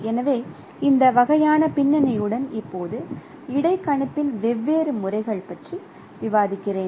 எனவே இந்த வகையான பின்னணியுடன் இப்போது இடைக்கணிப்பின் வெவ்வேறு முறைகள் பற்றி விவாதிக்கிறேன்